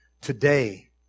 Today